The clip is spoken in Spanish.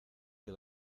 que